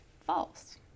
false